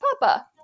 Papa